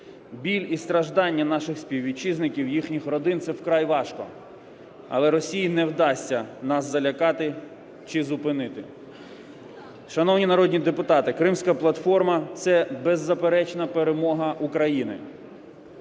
Біль і страждання наших співвітчизників, їхніх родин – це вкрай важко, але Росії не вдасться нас залякати чи зупинити. Шановні народні депутати, Кримська платформа – це беззаперечна перемога України.